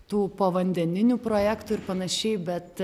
tų povandeninių projektų ir panašiai bet